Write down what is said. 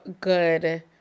good